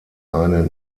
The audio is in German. eine